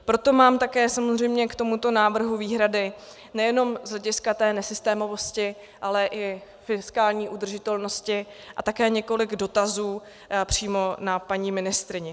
Proto mám také samozřejmě k tomuto návrhu výhrady nejenom z hlediska té nesystémovosti, ale i fiskální udržitelnosti a také několik dotazů přímo na paní ministryni.